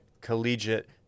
collegiate